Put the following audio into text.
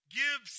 give